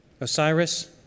Osiris